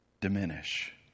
diminish